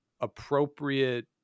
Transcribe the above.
appropriate